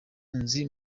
mpunzi